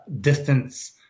distance